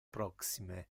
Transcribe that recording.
proxime